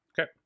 Okay